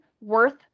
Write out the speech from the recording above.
worth